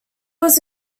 was